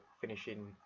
finishing